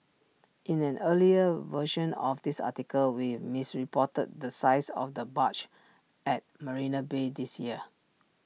in an earlier version of this article we misreported the size of the barge at marina bay this year